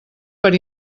per